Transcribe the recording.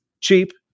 cheap